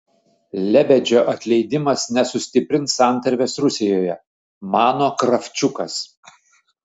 lebedžio atleidimas nesustiprins santarvės rusijoje mano kravčiukas